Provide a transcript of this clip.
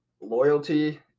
loyalty